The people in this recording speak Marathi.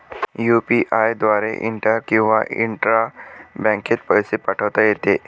यु.पी.आय द्वारे इंटर किंवा इंट्रा बँकेत पैसे पाठवता येते